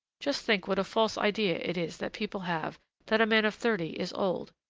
just think what a false idea it is that people have that a man of thirty is old.